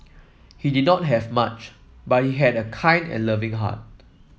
he did not have much but he had a kind and loving heart